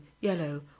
yellow